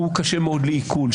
קשה מאוד לעיכול,